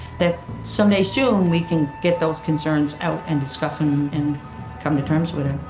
that someday soon we can get those concerns out and discuss them and come to terms with